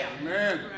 Amen